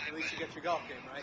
and least you've got your golf game.